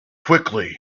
quickly